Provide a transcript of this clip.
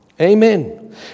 Amen